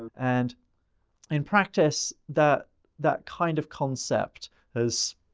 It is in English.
and in practice that that kind of concept has,